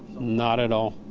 not at all.